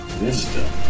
Wisdom